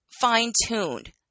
fine-tuned